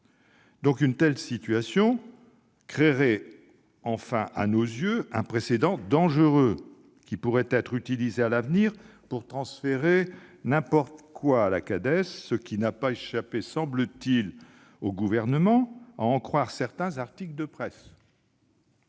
Une telle situation créerait enfin, à nos yeux, un précédent dangereux qui pourrait être utilisé à l'avenir pour transférer n'importe quoi à la Cades, ce qui n'a pas échappé, semble-t-il, au Gouvernement, à en croire certains articles de presse.